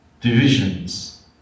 Divisions